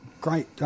great –